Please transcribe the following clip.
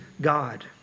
God